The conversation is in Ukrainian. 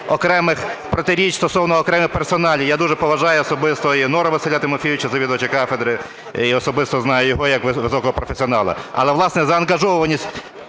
окремих протиріч стосовно окремих персоналій. Я дуже поважаю особисто і Нора Василя Тимофійовича, завідувача кафедри, і особисто знаю його як високого професіонала. Але, власне, заангажованість